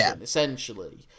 essentially